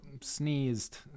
sneezed